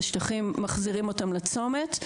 ובשטחים מחזירים אותם לצומת.